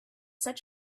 such